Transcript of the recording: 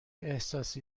احساسی